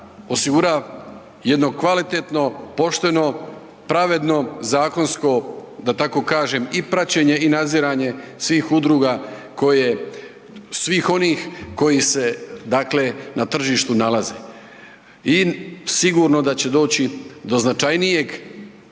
osigura jedno kvalitetno, pošteno, pravedno, zakonsko da tako kažem i praćenje i nadziranje svih udruga koje, svih oni koji se dakle na tržištu nalaze. I sigurno da će doći do značajnijeg,